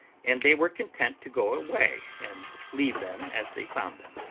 and they were content to go away, and leave them as they found them.